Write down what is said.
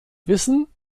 wissen